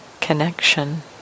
connection